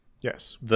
Yes